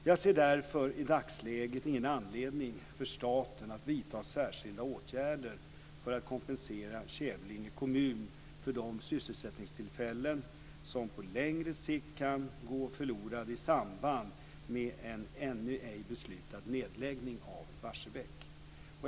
Jag ser därför i dagsläget inte någon anledning för staten att vidta särskilda åtgärder för att kompensera Kävlinge kommun för de sysselsättningstillfällen som på längre sikt kan gå förlorade i samband med en ännu ej beslutad nedläggning av Barsebäck.